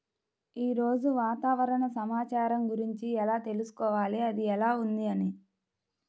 ఈరోజు వాతావరణ సమాచారం గురించి ఎలా తెలుసుకోవాలి అది ఎలా ఉంది అని?